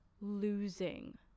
losing